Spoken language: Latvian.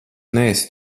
neesi